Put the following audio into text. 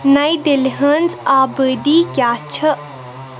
نَیہِ دِلہِ ہٕنز آبٲدی کیاہ چھِ ؟